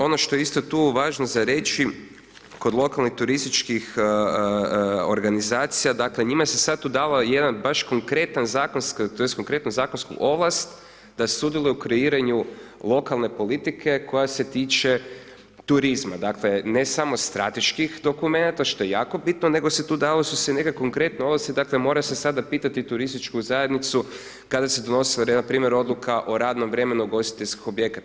Ono što je isto tu važno za reći kod lokalnih turističkih organizacija, dakle, njima se sad tu dalo jedan baš konkretan zakonski tj. konkretnu zakonsku ovlast da sudjeluju u kreiranju lokalne politike koja se tiče turizma, dakle, ne samo strateških dokumenata, što je jako bitno, nego se tu dalo su se neke konkretno, dakle, mora se sada pitati turističku zajednicu kada se donosi npr. odluka o radnom vremenu ugostiteljskih objekata.